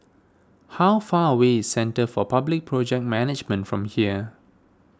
how far away is Centre for Public Project Management from here